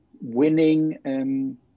winning